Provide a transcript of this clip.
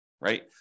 right